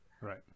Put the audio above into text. Right